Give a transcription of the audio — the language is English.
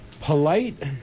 Polite